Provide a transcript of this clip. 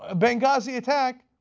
ah benghazi attack,